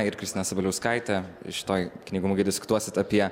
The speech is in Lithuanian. ir kristina sabaliauskaite šitoj knygų mugėje diskutuosite apie